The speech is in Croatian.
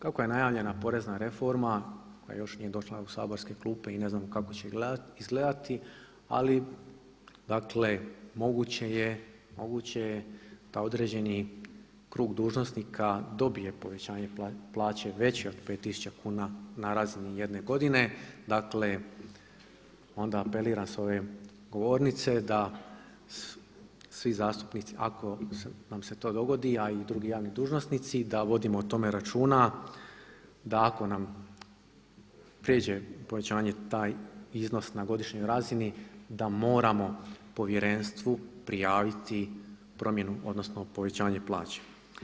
Kako je najavljena porezna reforma koja još nije došla u saborske klube i ne znam kako će izgledati, ali moguće je da određeni krug dužnosnika dobije povećanje plaće veće od pet tisuća kuna na razini jedne godine, dakle onda apeliram s ove govornice da svi zastupnici ako nam se to dogodi, a i drugi javni dužnosnici da vodimo o tome računa da ako nam prijeđe povećanje taj iznos na godišnjoj razini da moramo povjerenstvu prijaviti promjenu odnosno povećanje plaće.